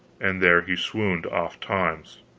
and there he swooned oft-times